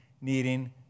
needing